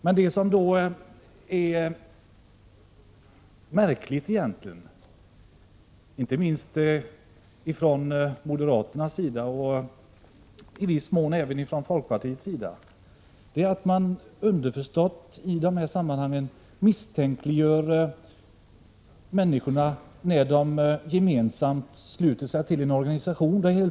Men det är ju då märkligt att i synnerhet moderaterna men även i viss mån folkpartiet i det här sammanhanget underförstått misstänkliggör människorna när dessa sluter sig samman i en organisation.